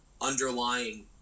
underlying